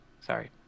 sorry